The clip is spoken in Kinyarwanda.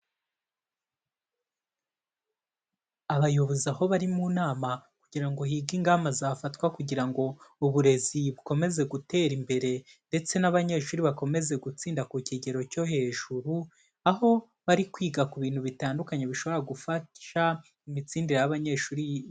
Abayobozi aho bari mu nama kugira ngo hige ingamba zafatwa kugira ngo uburezi bukomeze gutera imbere ndetse n'abanyeshuri bakomeze gutsinda ku kigero cyo hejuru, aho barikwiga ku bintu bitandukanye bishobora gufasha imitsindire y'abanyeshuri.